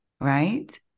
Right